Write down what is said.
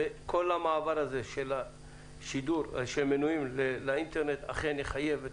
וכל המעבר הזה של מנויים לאינטרנט אכן יחייב את